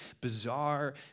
bizarre